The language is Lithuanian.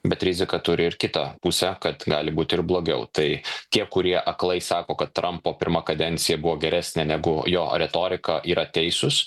bet rizika turi ir kitą pusę kad gali būt ir blogiau tai tie kurie aklai sako kad trampo pirma kadencija buvo geresnė negu jo retorika yra teisūs